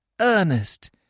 Ernest